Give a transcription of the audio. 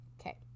Okay